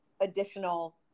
additional